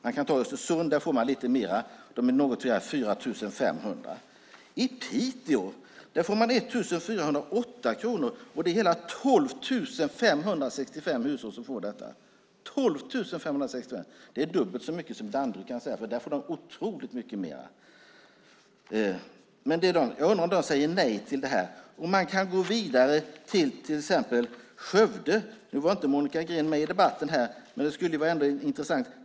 I Östersund får man något mer, och de är något fler, 4 500. I Piteå får man 1 408 kronor. Det är hela 12 565 hushåll som får det. Det är dubbelt så mycket som Danderyd. Jag undrar om de säger nej till detta. Man kan gå vidare till Skövde till exempel. Nu är inte Monica Green med i debatten, men det är ändå intressant.